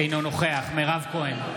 אינו נוכח מירב כהן,